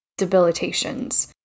debilitations